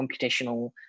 computational